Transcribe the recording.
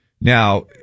Now